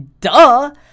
duh